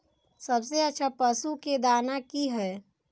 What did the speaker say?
सबसे अच्छा पशु के दाना की हय?